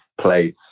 place